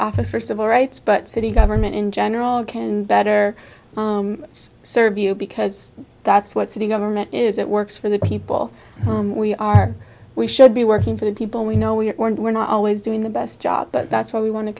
office for civil rights but city government in general can better serve you because that's what city government is that works for the people we are we should be working for the people we know we are and we're not always doing the best job but that's why we want to